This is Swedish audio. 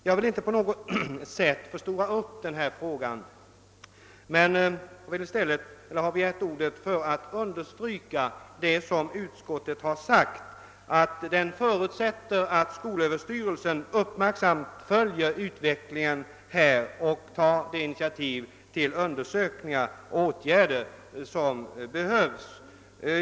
Jag vill inte på något sätt förstora upp frågan utan har begärt ordet för att understryka vad utskottet har sagt, att det förutsätter att skolöverstyrelsen uppmärksamt följer utvecklingen och tar de initiativ till undersökningar och åtgärder som behövs.